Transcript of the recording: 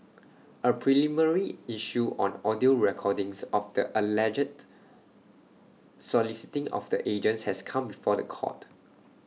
A preliminary issue on audio recordings of the alleged soliciting of the agents has come before The Court